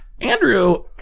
Andrew